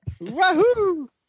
Wahoo